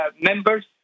members